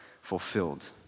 fulfilled